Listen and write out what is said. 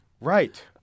Right